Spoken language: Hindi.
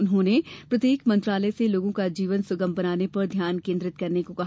उन्होंने प्रत्येक मंत्रालय से लोगों का जीवन सुगम बनाने पर ध्यान केन्द्रित करने को कहा